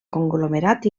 conglomerat